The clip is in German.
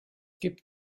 gibt